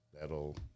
That'll –